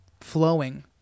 flowing